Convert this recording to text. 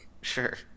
sure